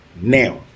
now